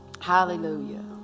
Hallelujah